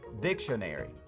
dictionary